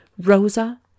Rosa